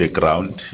ground